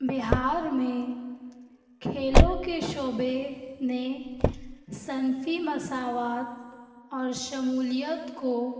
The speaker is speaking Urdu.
بہار میں کھیلوں کے شعبے نے صنفی مساوات اور شمولیت کو